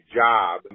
job